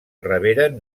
reberen